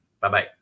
Bye-bye